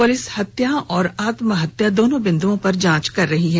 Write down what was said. police हत्या और आत्म हत्या दोनों बिंदुओं पर जांच कर रही है